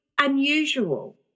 unusual